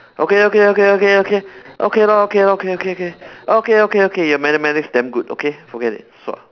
okay okay okay okay okay okay lor okay lor okay okay okay okay okay okay your mathematics damn good okay forget it sua